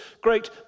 great